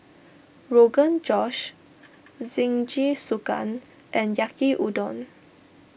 Rogan Josh Jingisukan and Yaki Udon